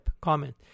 comment